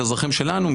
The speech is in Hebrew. אזרחים שלנו,